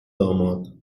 داماد